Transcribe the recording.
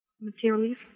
materially